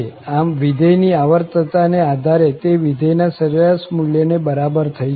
આમ વિધેય ની આવર્તતાને આધારે તે વિધેયના સરેરાશ મુલ્યને બરાબર થઇ જશે